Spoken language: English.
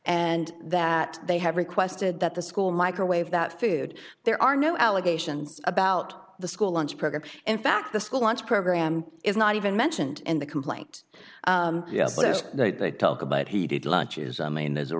and that they have requested that the school microwave that food there are no allegations about the school lunch program in fact the school lunch program is not even mentioned in the complaint that they talk about heated lunches i mean there's a